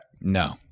No